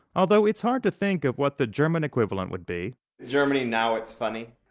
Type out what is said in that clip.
although it's hard to think of what the german equivalent would be germany, now it's funny,